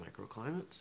microclimates